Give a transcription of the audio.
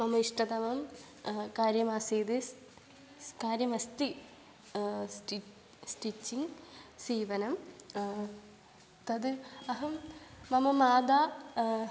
मम इष्टतमं कार्यम् आसीत् कार्यमस्ति स्टि स्टिच्चिङ्ग् सीवनं तत् अहं मम माता